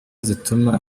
zituma